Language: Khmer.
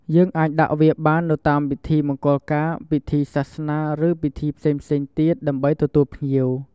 យើងអាចដាក់វាបាននៅតាមពិធីមង្គលការ ពិធីសាសនា ឬ ពិធីផ្សេងៗទៀត ដើម្បីទទួលភ្ញៀវ។